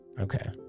okay